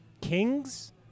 Kings